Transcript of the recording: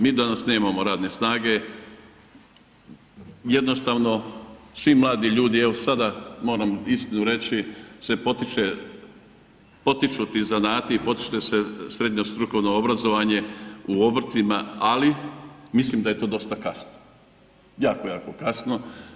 Mi danas nemamo radne snage, jednostavno svi mladi ljudi evo sada moram istinu reći se potiču ti zanati, potiče se srednje strukovno znanje u obrtima, ali mislim da je to dosta kasno, jako, jako kasno.